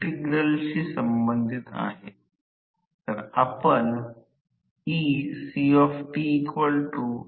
तर आता हे A B आणि C प्रत्यक्षात 3 टप्प्यात आहे A B C 3 टप्प्याचे आहे 3 टप्पे आहेत जेणेकरून ते योजनाबद्धपणे दर्शविले गेले आहे